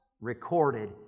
recorded